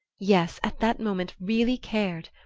yes, at that moment really cared!